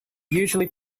usually